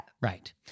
Right